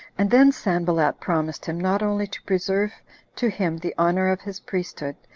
and then sanballat promised him not only to preserve to him the honor of his priesthood,